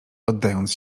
oddając